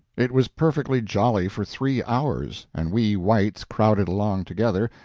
it was perfectly jolly for three hours, and we whites crowded along together,